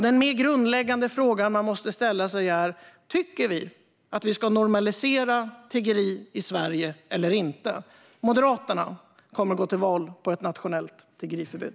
Den mer grundläggande frågan man måste ställa sig är: Tycker vi att vi ska normalisera tiggeri i Sverige eller inte? Moderaterna kommer att gå till val på ett nationellt tiggeriförbud.